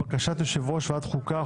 בקשת יושב ראש ועדת החוקה,